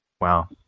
Wow